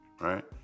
right